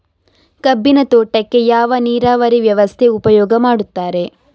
ಕಬ್ಬಿನ ತೋಟಕ್ಕೆ ಯಾವ ನೀರಾವರಿ ವ್ಯವಸ್ಥೆ ಉಪಯೋಗ ಮಾಡುತ್ತಾರೆ?